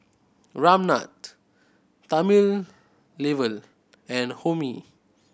Ramnath Thamizhavel and Homi